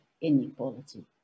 inequality